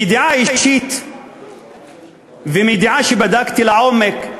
מידיעה אישית ומידיעה שבדקתי לעומק,